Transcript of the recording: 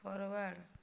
forward